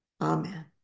Amen